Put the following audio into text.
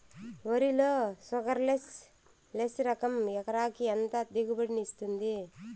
వరి లో sugarless less రకం ఎకరాకి ఎంత దిగుబడినిస్తుంది